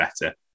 better